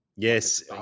Yes